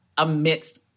amidst